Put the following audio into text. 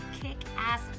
kick-ass